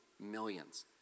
millions